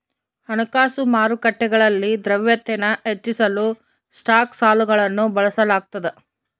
ಹಣಕಾಸು ಮಾರುಕಟ್ಟೆಗಳಲ್ಲಿ ದ್ರವ್ಯತೆನ ಹೆಚ್ಚಿಸಲು ಸ್ಟಾಕ್ ಸಾಲಗಳನ್ನು ಬಳಸಲಾಗ್ತದ